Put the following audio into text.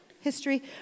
history